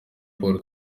paul